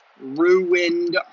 ruined